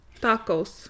tacos